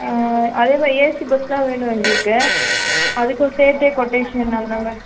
ஆ அதே மாதிரி AC bus தான் வேணும் எங்களுக்கு அதுக்கும் சேர்த்தே கொட்டேஷன்